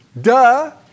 Duh